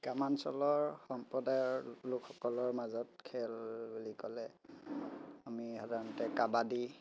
গ্ৰামাঞ্চলৰ সম্প্ৰদায়ৰ লোকসকলৰ মাজত খেল বুলি ক'লে আমি সাধাৰণতে কাবাডী